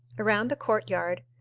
around the court-yard,